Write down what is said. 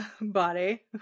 body